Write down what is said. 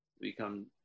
Become